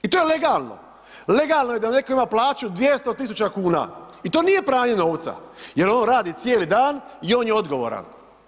I to je legalno, legalno je da netko ima plaću 200.000 kuna i to nije pranje novca jer on radi cijeli dan i on je odgovoran.